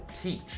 teach